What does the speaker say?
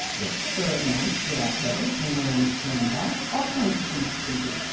yeah. for a month without pay and then bring them back all kinds of things you can do.